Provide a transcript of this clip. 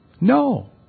No